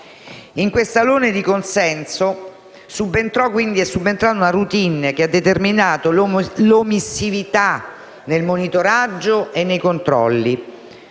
In questo alone di consenso è subentrata una *routine* che ha determinato l'omissività nel monitoraggio e nei controlli,